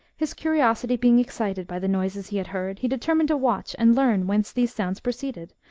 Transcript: his curiosity being excited by the noises he had heard, he determined to watch and learn whence these sounds proceeded,